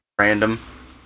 random